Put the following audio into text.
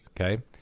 okay